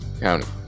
County